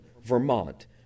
Vermont